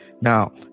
now